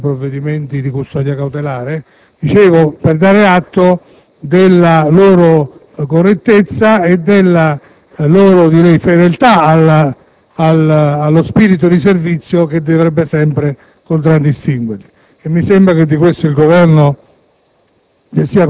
esecuzione di provvedimenti di custodia cautelare - della loro correttezza e della loro, direi, fedeltà allo spirito di servizio che dovrebbe sempre contraddistinguerli e mi sembra che il Governo